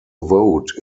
vote